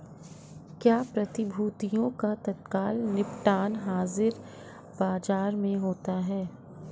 क्या प्रतिभूतियों का तत्काल निपटान हाज़िर बाजार में होता है?